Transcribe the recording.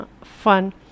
fun